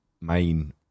main